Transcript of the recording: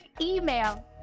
email